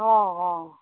অঁ অঁ